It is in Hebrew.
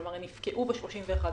כלומר הן יפקעו ב-31 בדצמבר.